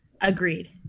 agreed